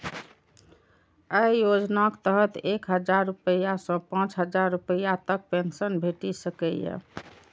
अय योजनाक तहत एक हजार रुपैया सं पांच हजार रुपैया तक पेंशन भेटि सकैए